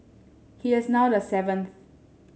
he is now the seventh